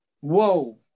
Whoa